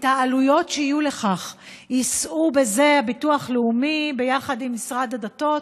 בעלויות שיהיו לכך יישאו הביטוח הלאומי יחד עם משרד הדתות,